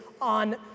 on